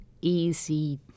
easy